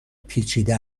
پیچیده